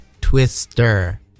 Twister